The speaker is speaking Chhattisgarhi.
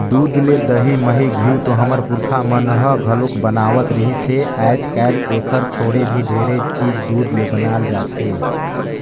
दूद ले दही, मही, घींव तो हमर पूरखा मन ह घलोक बनावत रिहिस हे, आयज कायल एखर छोड़े भी ढेरे चीज दूद ले बनाल जाथे